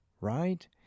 right